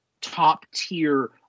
top-tier